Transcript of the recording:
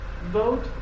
vote